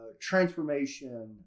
transformation